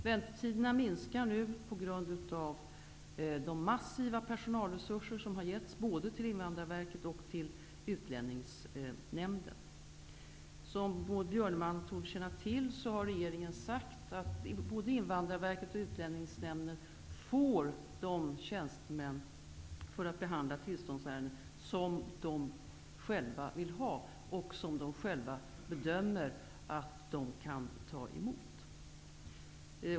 Väntetiderna minskar nu på grund av de massiva personalresurser som har getts både till Invand rarverket och till Utlänningsnämnden. Som Maud Björnemalm torde känna till har re geringen sagt att både Invandrarverket och Utlän ningsnämnden får de tjänstemän som de själva vill ha för att behandla tillståndsärenden och som de själva bedömer att de kan ta emot.